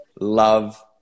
love